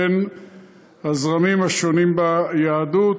בין הזרמים השונים ביהדות,